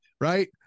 Right